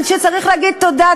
כשצריך להגיד תודה,